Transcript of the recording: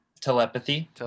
Telepathy